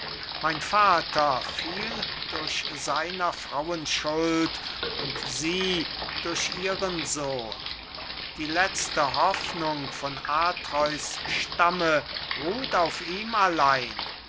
mein vater fiel durch seiner frauen schuld und sie durch ihren sohn die letzte hoffnung von atreus stamme ruht auf ihm allein